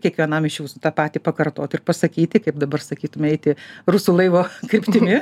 kiekvienam iš jūsų tą patį pakartot ir pasakyti kaip dabar sakytume eiti rusų laivo kryptimi